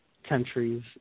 countries